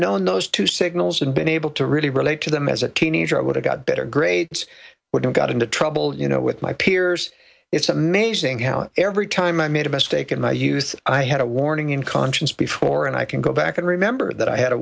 known those two signals and been able to really relate to them as a teenager i would have got better grades would have got into trouble you know with my peers it's amazing how every time i made a mistake in my youth i had a warning in conscience before and i can go back and remember that i had a